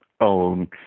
own